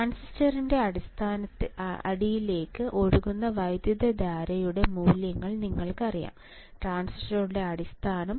ട്രാൻസിസ്റ്ററിന്റെ അടിയിലേക്ക് ഒഴുകുന്ന വൈദ്യുതധാരയുടെ മൂല്യങ്ങൾ നിങ്ങൾക്കറിയാം ട്രാൻസിസ്റ്ററുകളുടെ അടിസ്ഥാനം